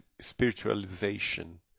spiritualization